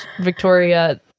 Victoria